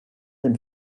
than